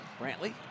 Brantley